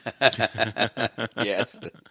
Yes